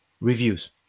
reviews